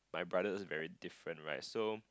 my brother is very different right so